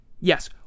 Yes